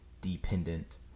dependent